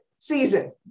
season